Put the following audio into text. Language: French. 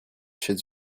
chaises